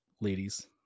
ladies